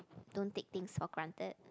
don't take things for granted